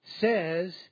says